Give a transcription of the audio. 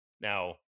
Now